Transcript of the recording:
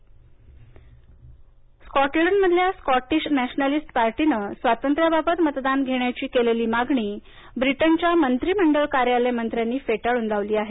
Britain Scottish nationalist मागणी स्कॉटलंडमधल्या Scottish nationalist पार्टीनं स्वातंत्र्याबाबत मतदान घेण्याची केलेली मागणी ब्रिटनच्या मंत्रिमंडळ कार्यालय मंत्र्यांनी फेटाळून लावली आहे